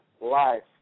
life